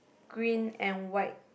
green and white